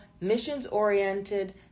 missions-oriented